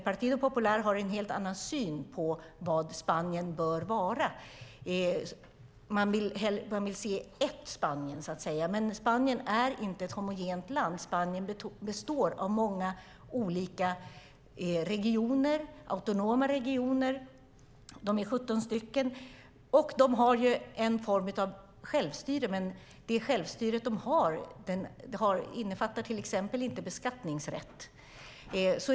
Partido Popular har en helt annan syn på vad Spanien bör vara. De vill se ett Spanien, men Spanien är inte ett homogent land. Spanien består av många olika regioner, 17 autonoma regioner. De har en form av självstyre, men det självstyre de har innefattar till exempel inte beskattningsrätt.